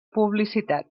publicitat